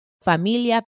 familia